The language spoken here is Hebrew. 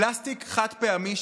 פלסטיק חד-פעמי,